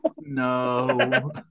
No